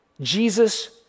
Jesus